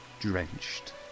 Drenched